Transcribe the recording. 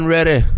Ready